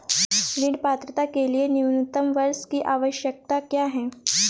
ऋण पात्रता के लिए न्यूनतम वर्ष की आवश्यकता क्या है?